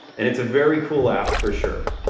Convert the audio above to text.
and it's a very cool app, for sure.